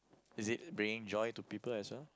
is it bringing joy to people as well